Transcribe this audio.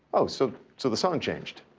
oh, so so the song changed.